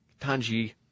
Tanji